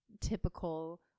typical